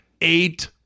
eight